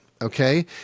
okay